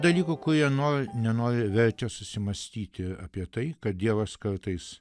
dalykų kurie nori nenori verčia susimąstyti apie tai kad dievas kartais